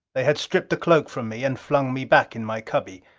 they had stripped the cloak from me, and flung me back in my cubby.